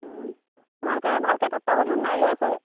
তোমালোকে ভালকৈ তত্বাৱধান নাই লোৱা চাগে